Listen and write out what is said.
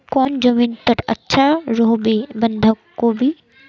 कौन जमीन टत अच्छा रोहबे बंधाकोबी?